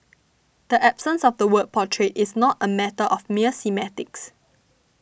the absence of the word portrayed is not a matter of mere semantics